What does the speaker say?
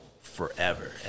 forever